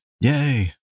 Yay